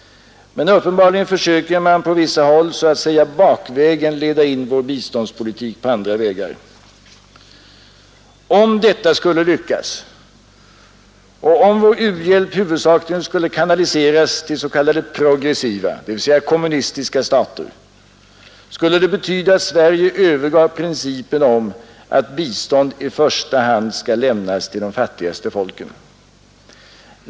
Men uppenbarligen försöker man på vissa håll så att säga bakvägen leda in vår biståndspolitik på andra vägar. Om detta skulle lyckas och om vår u-hjälp huvudsakligen skulle kanaliseras till s.k. progressiva, dvs. kommunistiska stater, skulle det betyda att Sverige övergav principen om att bistånd i första hand skall lämnas till de fattigaste folken.